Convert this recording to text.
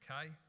Okay